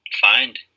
find